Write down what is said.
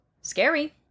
Scary